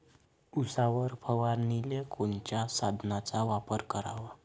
उसावर फवारनीले कोनच्या साधनाचा वापर कराव?